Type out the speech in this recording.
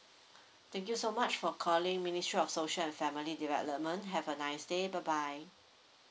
thank you so much for calling ministry of social and family development have a nice day bye bye